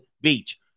Beach